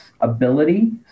ability